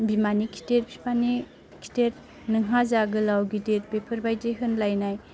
बिमानि खिथेर फिफानि खिथेर नोंहा जा गोलाव गिदिर बेफोरबायदि होनलायनाय